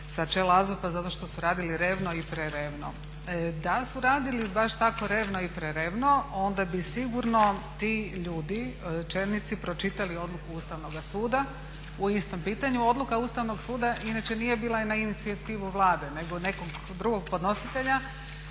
sa čela AZOP-a zato što su radili revno i prerevno. Da su radili baš tako revno i prerevno onda bi sigurno ti ljudi čelnici pročitali odluku Ustavnoga suda. U istom pitanju odluka Ustavnog suda inače nije bila na inicijativu Vladu nego nekog drugog podnositelja